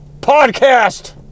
podcast